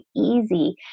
easy